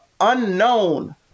unknown